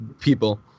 people